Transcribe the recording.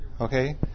okay